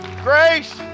Grace